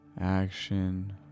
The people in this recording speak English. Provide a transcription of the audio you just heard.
action